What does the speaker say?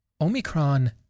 Omicron